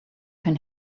can